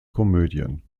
komödien